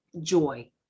joy